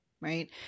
right